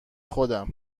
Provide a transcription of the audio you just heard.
خودم